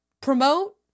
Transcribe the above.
promote